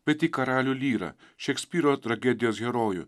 bet į karalių lyrą šekspyro tragedijos herojų